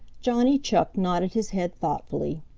johnny chuck nodded his head thoughtfully.